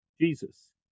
Jesus